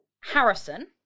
Harrison